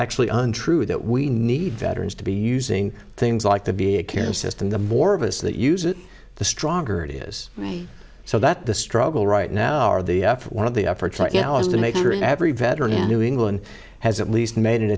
actually untrue that we need veterans to be using things like to be a care system the more of us that use it the stronger it is so that the struggle right now or the f one of the efforts right now is to make sure every veteran in new england has at least made an